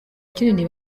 kinini